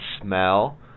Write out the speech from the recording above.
smell